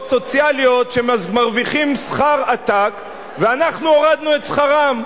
סוציאליות שמרוויחים שכר עתק ואנחנו הורדנו את שכרם.